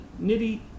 Nitty